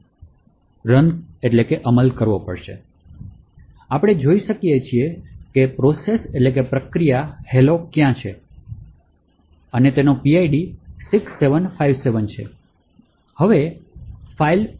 આ આદેશને અમલ દ્વારા આપણે જોઈ શકીએ છીએ કે પ્રક્રિયા હેલો ક્યાં છે અને તેનો PID 6757 છે